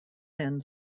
than